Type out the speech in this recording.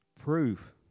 Proof